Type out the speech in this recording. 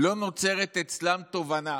לא נוצרת אצלם תובנה